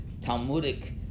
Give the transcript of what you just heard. Talmudic